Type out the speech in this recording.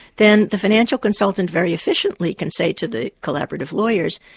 then the financial consultant very efficiently can say to the collaborative lawyers,